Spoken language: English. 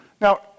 Now